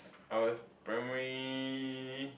ours primary